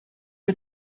you